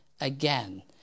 again